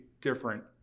different